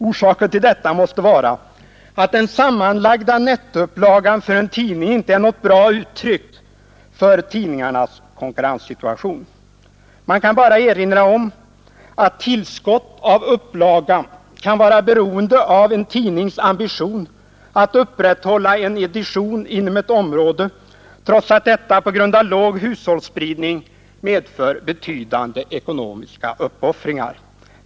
Orsaken till detta måste vara att den sammanlagda nettoupplagan för en tidning inte är något bra uttryck för tidningarnas konkurrenssituation. Man kan bara erinra om att tillskott av upplaga kan vara beroende av en tidnings ambition att upprätthålla en edition inom ett område trots att detta på grund av låg hushållsspridning medför betydande ekonomiska uppoffringar.